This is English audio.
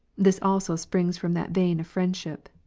this also springs from that vein of friendship.